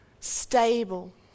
Stable